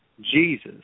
Jesus